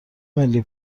ملی